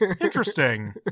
Interesting